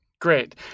Great